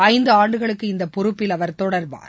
ஐந்து ஆண்டுகளுக்கு இந்த பொறுப்பில் அவர் தொடருவார்